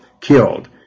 Killed